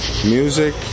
music